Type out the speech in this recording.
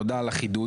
תודה על החידוד.